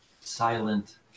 silent